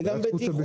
זה גם בטיחותי.